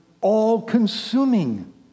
all-consuming